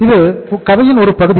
இது கதையின் ஒரு பகுதி